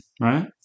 right